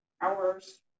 hours